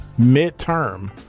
midterm